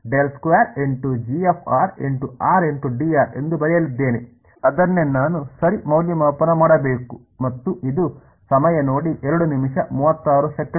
ಆದ್ದರಿಂದ ನಾನು ಇದನ್ನು ಮತ್ತು ಎಂದು ಬರೆಯಲಿದ್ದೇನೆ ಅದನ್ನೇ ನಾನು ಸರಿ ಮೌಲ್ಯಮಾಪನ ಮಾಡಬೇಕು ಮತ್ತು ಇದು ಸಮಯ ನೋಡಿ 0236